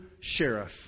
sheriff